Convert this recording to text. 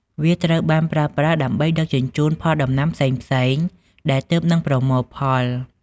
វាត្រូវបានប្រើប្រាស់ដើម្បីដឹកជញ្ជូនផលដំណាំផ្សេងៗដែលទើបនឹងប្រមូលផល។